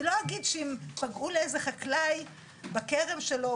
אני לא אגיד שאם פגעו לאיזה חקלאי בכרם שלו,